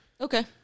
okay